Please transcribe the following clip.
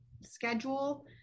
schedule